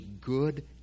good